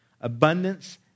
abundance